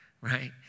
Right